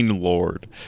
Lord